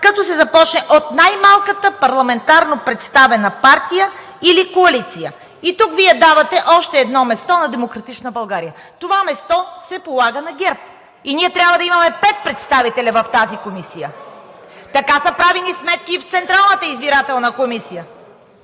като се започне от най-малката парламентарно представена партия или коалиция.“ И тук Вие давате още едно място на „Демократична България“. Това място се полага на ГЕРБ и ние трябва да имаме пет представителя в тази комисия. Така са правени сметки и в Централната избирателна комисия.